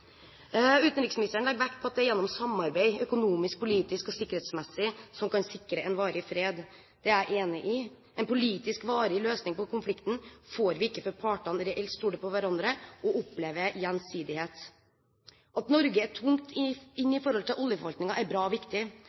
Utenriksministeren legger vekt på at det er gjennom samarbeid – økonomisk, politisk og sikkerhetsmessig – man kan sikre en varig fred. Det er jeg enig i. En politisk varig løsning på konflikten får vi ikke før partene reelt stoler på hverandre og opplever gjensidighet. At Norge er tungt inne i oljeforvaltningen, er bra og viktig.